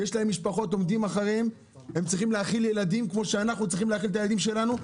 הם צריכים להאכיל ילדים כפי שאנחנו צריכים להאכיל את הילדים שלנו.